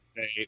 say –